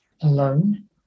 alone